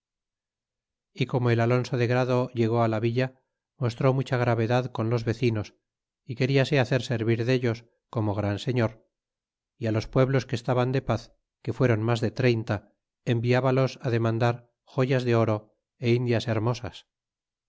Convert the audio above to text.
y como el alonso de grado llegó la villa mostró mucha gravedad con los vecinos y queriase hacer servir dellos como gran señor y los pueblos que estaban de paz que fuéron mas de treinta envibalos demandar joyas de oro é indias hermosas